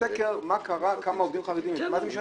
סקר כדי לראות מה קרה וכמה עובדים חרדים נכנסו.